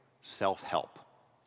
self-help